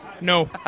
No